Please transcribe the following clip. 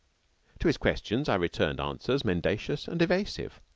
to his questions i returned answers mendacious and evasive.